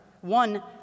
one